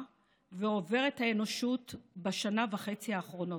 ועוברת האנושות בשנה וחצי האחרונות.